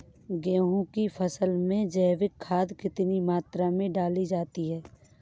गेहूँ की फसल में जैविक खाद कितनी मात्रा में डाली जाती है?